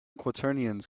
quaternions